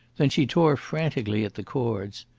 then she tore frantically at the cords.